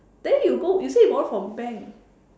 then you go you say you borrow from bank